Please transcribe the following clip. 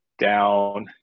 down